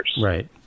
Right